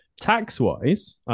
Tax-wise